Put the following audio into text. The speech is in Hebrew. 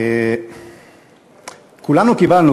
כולנו קיבלנו,